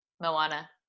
moana